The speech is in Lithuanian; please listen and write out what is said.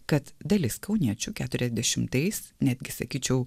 kad dalis kauniečių keturiasdešimtais netgi sakyčiau